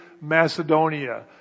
Macedonia